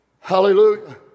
Hallelujah